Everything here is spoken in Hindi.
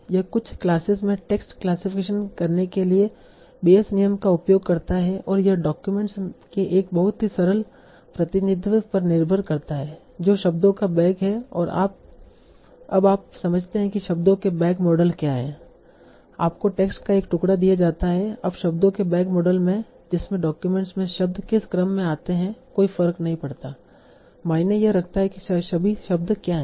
यह कुछ क्लासेज में टेक्स्ट क्लासिफिकेशन करने के लिए बेयस नियम का उपयोग करता है और यह डाक्यूमेंट्स के एक बहुत ही सरल प्रतिनिधित्व पर निर्भर करता है जो शब्दों का बैग है और अब आप समझते हैं कि शब्दों के बैग मॉडल क्या है आपको टेक्स्ट का एक टुकड़ा दिया जाता है अब शब्दों के बैग मॉडल में जिसमें डॉक्यूमेंट में शब्द किस क्रम में आते है कोई फर्क नहीं पड़ता मायने यह रखता है कि सभी शब्द क्या हैं